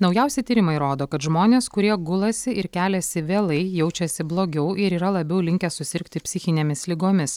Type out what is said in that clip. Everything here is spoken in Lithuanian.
naujausi tyrimai rodo kad žmonės kurie gulasi ir keliasi vėlai jaučiasi blogiau ir yra labiau linkę susirgti psichinėmis ligomis